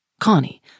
Connie